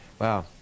Wow